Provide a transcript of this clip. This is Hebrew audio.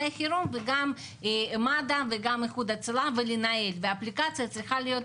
החירום וגם מד"א וגם איחוד הצלה ולנהל והאפליקציה צריכה להיות